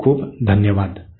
खूप खूप धन्यवाद